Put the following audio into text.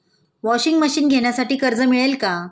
Washing machine घेण्यासाठी कर्ज मिळेल का?